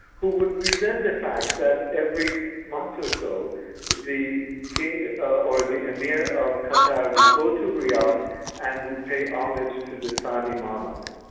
who would resent the fact that every six months or so the king ah or the emir of qatar would go to riyadh and would pay homage to the saudi monarch.